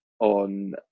on